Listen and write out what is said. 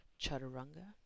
chaturanga